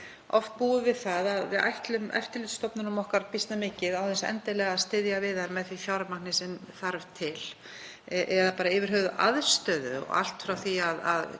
oft búið við það að við ætlum eftirlitsstofnunum okkar býsna mikið án þess endilega að styðja við þær með því fjármagni sem þarf til eða bara yfir höfuð aðstöðu, allt frá því